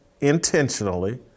intentionally